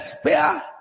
spare